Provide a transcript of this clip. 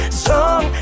strong